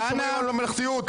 אנחנו שומרים על ממלכתיות,